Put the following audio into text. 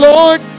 Lord